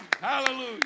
Hallelujah